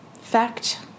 fact